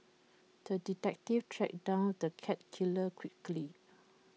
the detective tracked down the cat killer quickly